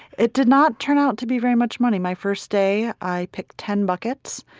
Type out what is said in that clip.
it did not turn out to be very much money. my first day i picked ten buckets,